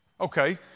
Okay